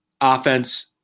offense